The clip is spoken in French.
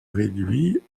réduits